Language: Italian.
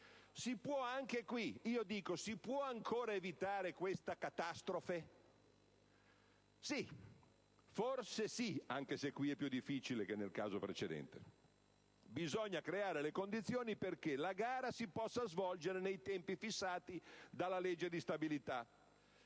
si possono nemmeno considerare. Si può ancora evitare questa catastrofe? Forse sì, anche se è più difficile che nel caso precedente: bisogna creare le condizioni perché la gara si possa svolgere nei tempi fissati dalla legge di stabilità.